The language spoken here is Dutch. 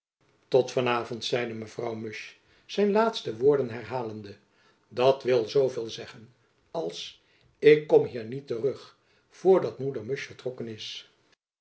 tot van avond zeide mevrouw musch zijn laatste woorden herhalende dat wil zoo veel zeggen als ik kom hier niet terug voor dat moeder musch vertrokken is